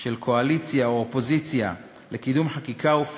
של קואליציה או אופוזיציה,